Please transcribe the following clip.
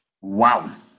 Wow